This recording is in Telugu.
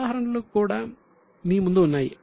ఉదాహరణలు కూడా మీ ముందు ఉన్నాయి